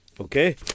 Okay